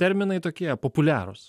terminai tokie populiarūs